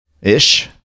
ish